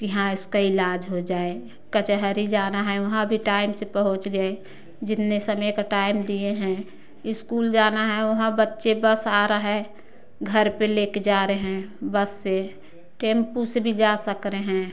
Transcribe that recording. कि हाँ इसका इलाज हो जाए कचहरी जाना है वहाँ भी टाइम से पहुँच गए जितने समय का टाइम दिए हैं स्कूल जाना है वहाँ बच्चे बस आ रहा है घर पर लेकर जा रहे हैं बस से टेंपू से भी जा सक रहे हैं